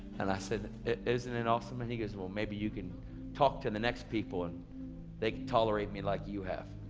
and i said, isn't it awesome? and he goes, well maybe you can talk to the next people, and they can tolerate me like you have.